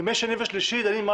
בימי שני ושלישי לא דנים.